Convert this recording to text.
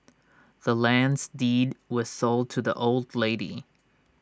the land's deed was sold to the old lady